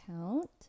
count